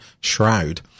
Shroud